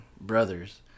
brothers